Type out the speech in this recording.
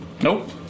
Nope